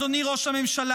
אדוני ראש הממשלה,